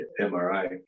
mri